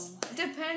depends